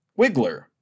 Wiggler